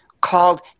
called